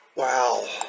Wow